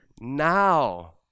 now